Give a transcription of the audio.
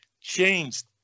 changed